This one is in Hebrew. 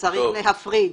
וצריך להפריד.